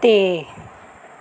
ਅਤੇ